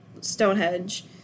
Stonehenge